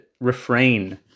refrain